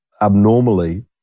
abnormally